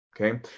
Okay